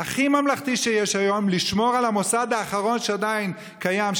הכי ממלכתי שיש היום: לשמור על המוסד האחרון שעדיין קיים,